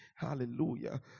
Hallelujah